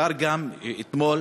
מחר גם ואתמול.